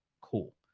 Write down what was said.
Cool